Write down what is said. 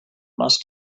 must